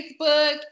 Facebook